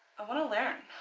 i want to learn